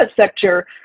sector